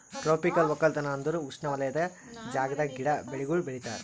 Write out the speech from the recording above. tropical ಒಕ್ಕಲತನ ಅಂದುರ್ ಉಷ್ಣವಲಯದ ಜಾಗದಾಗ್ ಗಿಡ, ಬೆಳಿಗೊಳ್ ಬೆಳಿತಾರ್